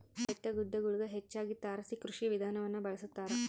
ಬೆಟ್ಟಗುಡ್ಡಗುಳಗ ಹೆಚ್ಚಾಗಿ ತಾರಸಿ ಕೃಷಿ ವಿಧಾನವನ್ನ ಬಳಸತಾರ